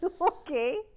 okay